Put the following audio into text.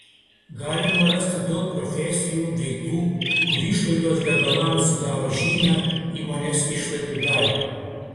galima rasti daug profesijų veiklų kur išlaidos degalams sudaro žymią įmonės išlaidų dalį